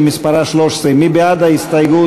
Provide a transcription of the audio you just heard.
שמספרה 13. מי בעד ההסתייגות?